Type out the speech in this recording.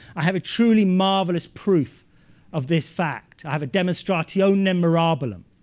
i have a truly marvelous proof of this fact. i have a demonstrationum mirabilum.